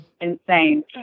insane